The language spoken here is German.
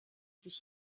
sich